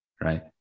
right